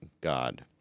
God